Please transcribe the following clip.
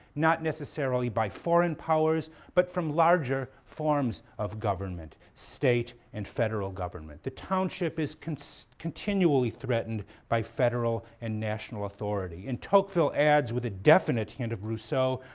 not necessarily by foreign powers but from larger forms of government, state and federal government. the township is so continually threatened by federal and national authority. and tocqueville adds, with a definite hint of rousseau,